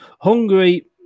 hungary